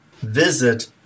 visit